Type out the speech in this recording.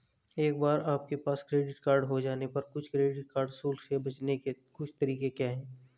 एक बार आपके पास क्रेडिट कार्ड हो जाने पर कुछ क्रेडिट कार्ड शुल्क से बचने के कुछ तरीके क्या हैं?